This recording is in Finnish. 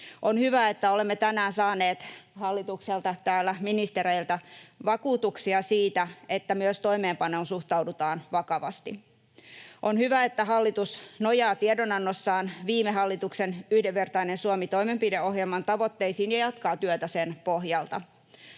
On hyvä, että olemme tänään saaneet täällä hallituksesta ministereiltä vakuutuksia siitä, että myös toimeenpanoon suhtaudutaan vakavasti. On hyvä, että hallitus nojaa tiedonannossaan viime hallituksen Yhdenvertainen Suomi ‑toimenpideohjelman tavoitteisiin ja jatkaa työtä sen pohjalta.